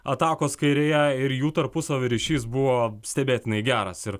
atakos kairėje ir jų tarpusavio ryšys buvo stebėtinai geras ir